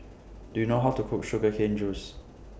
Do YOU know How to Cook Sugar Cane Juice